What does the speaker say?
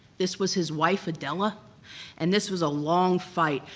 this was his wife adele, ah and this was a long fight,